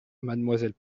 mademoiselle